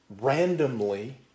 randomly